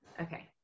Okay